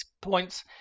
points